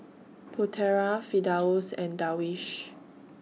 Putera Firdaus and Darwish